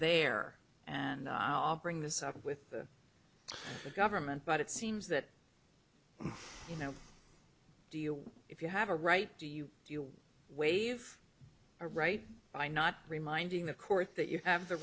there and i'll bring this up with the government but it seems that you know do you if you have a right do you do you wave a right by not reminding the court that you have the